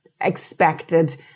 expected